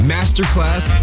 Masterclass